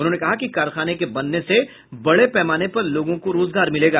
उन्होंने कहा कि कारखाने के बनने से बड़े पैमाने पर लोगों को रोजगार मिलेगा